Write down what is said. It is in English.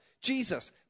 Jesus